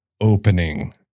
opening